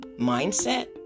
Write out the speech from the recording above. mindset